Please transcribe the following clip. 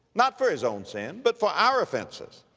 not for his own sin, but for our offenses.